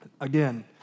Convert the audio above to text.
again